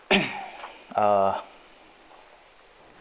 uh